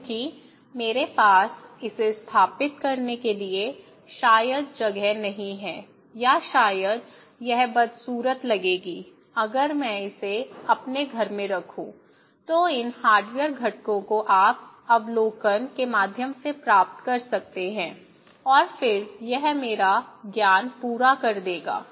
क्योंकि मेरे पास इसे स्थापित करने के लिए शायद जगह नहीं है या शायद यह बदसूरत लगेगी अगर मैं इसे अपने घर में रखूं तो इन हार्डवेयर घटकों को आप केवल अवलोकन के माध्यम से प्राप्त कर सकते हैं और फिर यह मेरा ज्ञान पूरा कर देगा